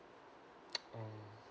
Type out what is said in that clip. mm